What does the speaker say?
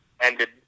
ended